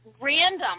random